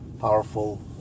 powerful